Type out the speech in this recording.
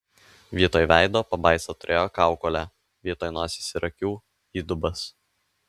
vietoj veido pabaisa turėjo kaukolę vietoj nosies ir akių įdubas